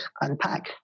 unpack